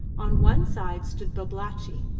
on one side stood babalatchi,